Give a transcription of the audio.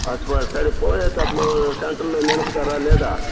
సరే పోయేటప్పుడు సెంటర్లో నిలుపుతారా లేదా